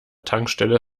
tankstelle